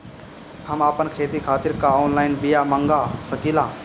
हम आपन खेती खातिर का ऑनलाइन बिया मँगा सकिला?